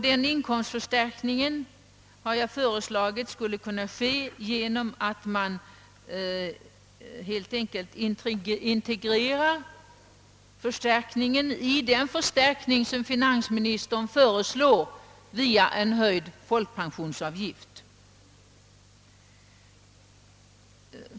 Denna inkomstförstärkning skulle enligt mitt förslag helt enkelt integreras i den förstärkning som finansministern föreslår via en höjd folkpensionsavgift.